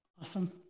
Awesome